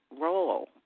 role